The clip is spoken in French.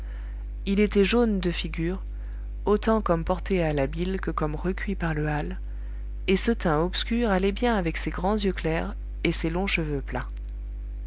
il était jaune de figure autant comme porté à la bile que comme recuit par le hâle et ce teint obscur allait bien avec ses grands yeux clairs et ses longs cheveux plats